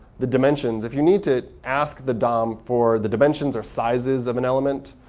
the dimensions, if you need to ask the dom for the dimensions or sizes of an element,